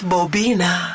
Bobina